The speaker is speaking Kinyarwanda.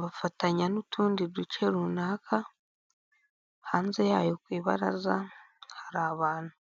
bafatanya n'utundi duce runaka hanze yayo ku ibaraza hari abantu.